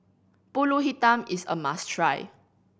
Pulut Hitam is a must try